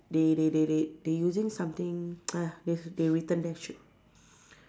they they they they they using something !ugh! they they written there shoot